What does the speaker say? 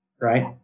right